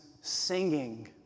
singing